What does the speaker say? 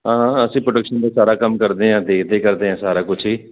ਹਾਂ ਅਸੀਂ ਪ੍ਰੋਡਕਸ਼ਨ ਦੇ ਸਾਰਾ ਕੰਮ ਕਰਦੇ ਆਂ ਦੇਖਦੇ ਕਰਦੇ ਆਂ ਸਾਰਾ ਕੁਝ